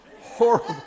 Horrible